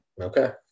Okay